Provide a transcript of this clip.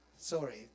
Sorry